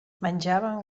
menjaven